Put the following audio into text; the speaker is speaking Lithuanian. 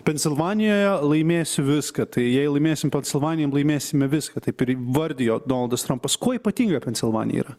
pensilvanijoje laimėsiu viską tai jei laimėsim pensilvanijoj laimėsime viską taip ir įvardijo donaldas trampas kuo ypatinga pensilvanija yra